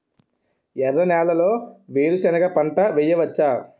ఎర్ర నేలలో వేరుసెనగ పంట వెయ్యవచ్చా?